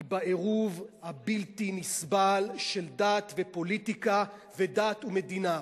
היא בעירוב הבלתי נסבל של דת ופוליטיקה ודת ומדינה.